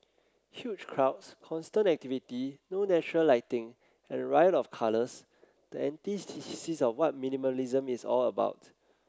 huge crowds constant activity no natural lighting and a riot of colours the of what minimalism is all about